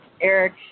Eric